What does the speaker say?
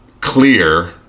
clear